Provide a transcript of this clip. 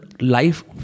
life